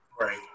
right